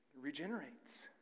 regenerates